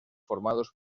formados